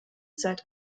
seit